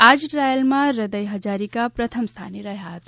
આજ ટ્રાયલમાં હૃદય હજારીકા પ્રથમ સ્થાને રહ્યા હતા